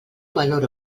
valor